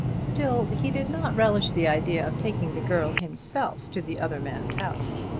still he did not relish the idea of taking the girl himself to the other man's house.